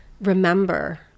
remember